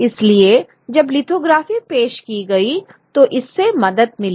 इसलिए जब लिथोग्राफी पेश की गई तो इससे मदद मिली